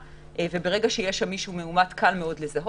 וזה הטיפולים והמספרות והשירותים וכו'.